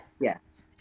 yes